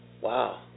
Wow